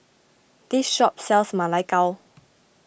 this shop sells Ma Lai Gao